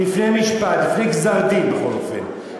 לפני משפט, לפני גזר-דין, בכל אופן.